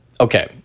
Okay